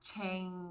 change